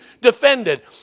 defended